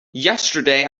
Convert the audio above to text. yesterday